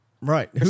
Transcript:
Right